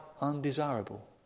undesirable